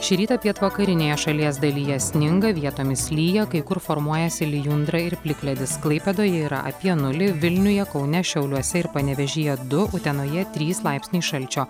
šį rytą pietvakarinėje šalies dalyje sninga vietomis lijo kai kur formuojasi lijundra ir plikledis klaipėdoje yra apie nulį vilniuje kaune šiauliuose ir panevėžyje du utenoje trys laipsniai šalčio